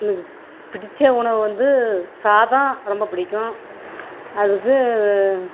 எனக்கு பிடித்த உணவு வந்து சாதம் ரொம்ப பிடிக்கும் அதுக்கு